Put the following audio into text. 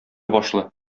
башлы